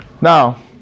Now